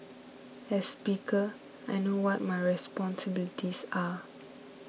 as speaker I know what my responsibilities are